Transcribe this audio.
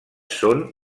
són